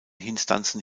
instanzen